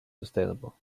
sustainable